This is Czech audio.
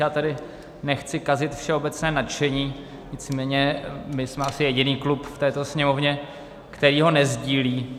Já tady nechci kazit všeobecné nadšení, nicméně my jsme asi jediný klub v této Sněmovně, který ho nesdílí.